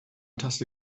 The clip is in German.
taste